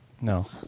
No